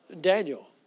Daniel